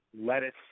lettuce